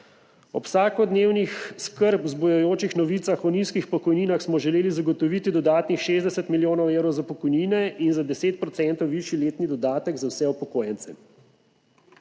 Ob vsakodnevnih skrb vzbujajočih novicah o nizkih pokojninah, smo želeli zagotoviti dodatnih 60 milijonov evrov za pokojnine in za 10 % višji letni dodatek za vse upokojence.